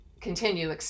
continue